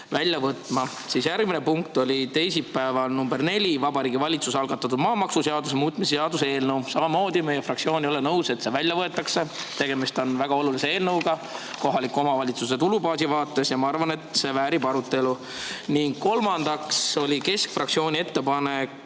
välja võtma. Järgmine, teisipäeval punkt nr 4: Vabariigi Valitsuse algatatud maamaksuseaduse muutmise seaduse eelnõu. Samamoodi, meie fraktsioon ei ole nõus, et see välja võetakse. Tegemist on väga olulise eelnõuga kohaliku omavalitsuse tulubaasi vaates ja ma arvan, et see väärib arutelu. Kolmandaks oli keskfraktsiooni ettepanek